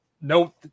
No